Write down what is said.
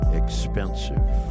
expensive